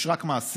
יש רק מעשים.